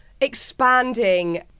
expanding